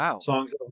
songs